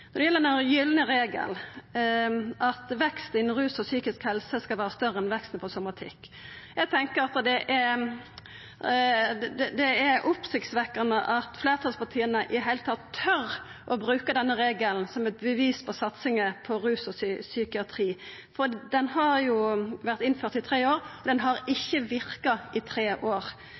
Når det gjeld den gylne regelen at vekst innan rus og psykisk helse skal vera større enn veksten innan somatikken, tenkjer eg at det er oppsiktsvekkjande at fleirtalspartia i det heile tør å bruka denne regelen som eit bevis på satsinga på rus og psykiatri, for den har jo vore innført i tre år, men har ikkje verka i tre år.